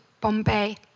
Bombay